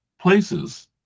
places